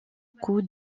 coût